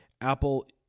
Apple